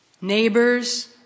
neighbors